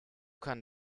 kann